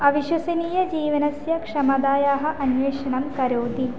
अविश्वसनीयजीवनस्य क्षमतायाः अन्वेषणं करोति